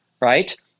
right